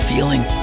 feeling